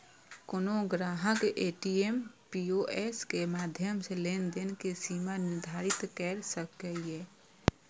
कोनो ग्राहक ATM, POS के माध्यम सं लेनदेन के सीमा निर्धारित कैर सकैए